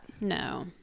No